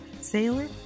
sailor